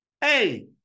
Hey